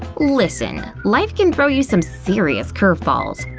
listen, life can throw you some serious curve balls.